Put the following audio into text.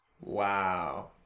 wow